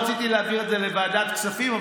רציתי להעביר את זה לוועדת הכספים,